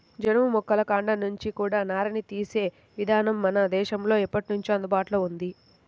జనుము మొక్కల కాండం నుంచి కూడా నారని తీసే ఇదానం మన దేశంలో ఎప్పట్నుంచో అందుబాటులో ఉంది